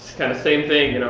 kind of same thing.